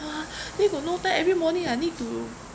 !huh! then got no time every morning I need to